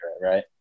right